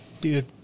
Dude